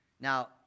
Now